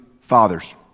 fathers